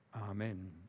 Amen